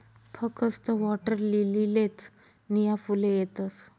फकस्त वॉटरलीलीलेच नीया फुले येतस